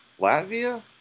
Latvia